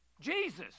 Jesus